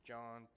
John